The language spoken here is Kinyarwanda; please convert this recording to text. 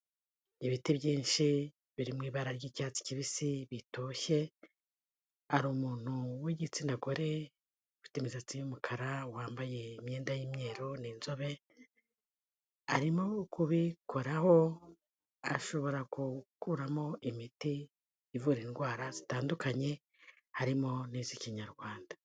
Ibiti byinshi biri mu ibara ry'icyatsi kibisi bitoshye, hari umuntu w'igitsinagore ufite imisatsi y'umukara, wambaye imyenda y'umweru, n'inzobe arimo kubikoraho ashobora gukuramo imiti ivura indwara zitandukanye harimo n'iz'ikinyarwanda.